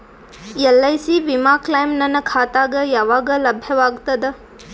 LIC ವಿಮಾ claim ನನ್ನ ಖಾತಾಗ ಯಾವಾಗ ಲಭ್ಯವಾಗತದ?